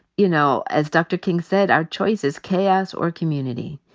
you know, as dr. king said, our choice is chaos or community.